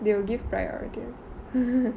they will give priority